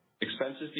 Expenses